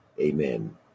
amen